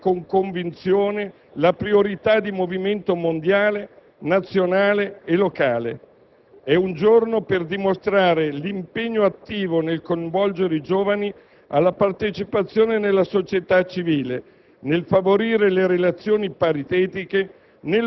L'alba del centenario è il momento per ribadire con convinzione la priorità di movimento mondiale, nazionale e locale; è un giorno per dimostrare l'impegno attivo nel coinvolgere i giovani alla partecipazione nella società civile,